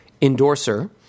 endorser